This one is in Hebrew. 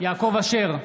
יעקב אשר,